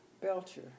Belcher